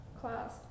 class